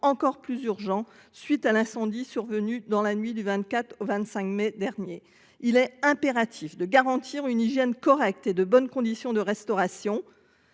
encore plus urgents à la suite de l'incendie survenu dans la nuit du 24 au 25 mai dernier. Il est impératif de garantir une hygiène correcte et de bonnes conditions de restauration